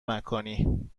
مکانی